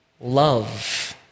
love